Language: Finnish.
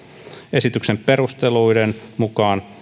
esityksen perusteluiden mukaan